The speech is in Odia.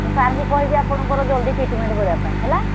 ମୁଁ ସାର୍ଙ୍କୁ କହିବି ଆପଣଙ୍କର ଜଲ୍ଦି ଟ୍ରିଟ୍ମେଣ୍ଟ୍ କରିବା ପାଇଁ ହେଲା